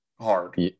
hard